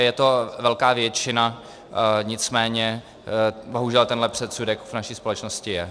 Je to velká většina, nicméně bohužel tento předsudek v naší společnosti je.